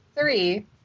three